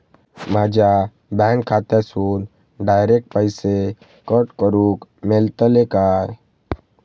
माझ्या बँक खात्यासून डायरेक्ट पैसे कट करूक मेलतले काय?